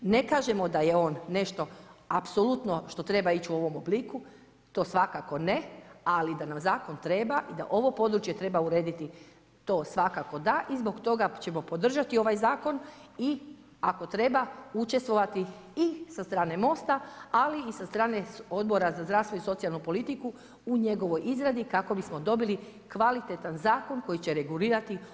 Ne kažemo da je on nešto apsolutno što treba ići u ovom obliku to svakako ne, ali da nam zakon treba i da ovo područje treba urediti to svakako da i zbog toga ćemo podržati ovaj zakon i ako treba učestvovati i sa strane Mosta, ali i sa strane Odbora za zdravstvo i socijalnu politiku u njegovoj izradi kako bi smo dobili kvalitetan zakon koji će regulirati ovo područje.